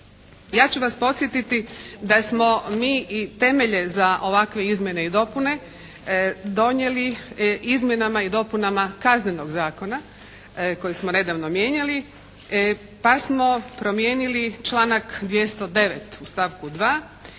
Ja ću vas podsjetiti da smo mi i temelje za ovakve izmjene i dopune donijeli izmjenama i dopunama Kaznenog zakona koji smo nedavno mijenjali pa smo promijenili članak 209. u stavku 2.